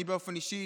אני באופן אישי